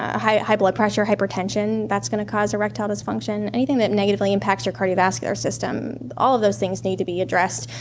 ah high high blood pressure, hypertension, that's going to cause erectile dysfunction, anything that negatively impacts your cardiovascular system. all of those things need to be addressed.